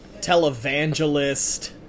televangelist